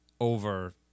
over